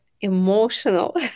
emotional